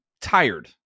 tired